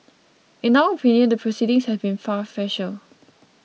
in our opinion the proceedings have been farcical